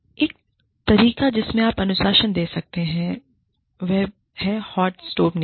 एक तरीका जिसमें आप अनुशासन दे सकते हैं वह है हॉट स्टोव नियम